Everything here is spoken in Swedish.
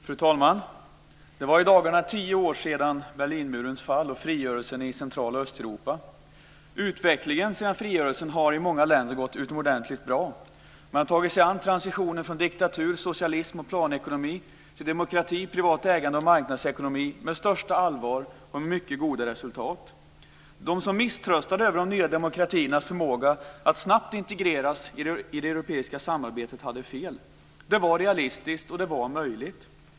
Fru talman! Det är i dagarna tio år sedan Berlinmurens fall och frigörelsen i Central och Östeuropa. Utvecklingen sedan frigörelsen har i många länder gått utomordentligt bra. Man har tagit sig an transitionen från diktatur, socialism och planekonomi till demokrati, privat ägande och marknadsekonomi med största allvar och mycket goda resultat. De som misströstade över de nya demokratiernas förmåga att snabbt integreras i det europeiska samarbetet hade fel. Det var realistiskt, och det var möjligt.